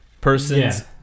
person's